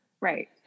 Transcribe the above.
Right